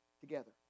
together